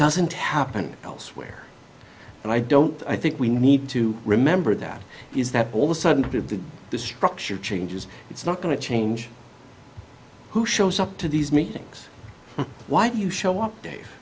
doesn't happen elsewhere and i don't i think we need to remember that is that all the sudden the structure changes it's not going to change who shows up to these meetings why don't you show up today